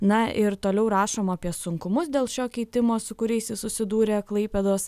na ir toliau rašoma apie sunkumus dėl šio keitimo su kuriais ji susidūrė klaipėdos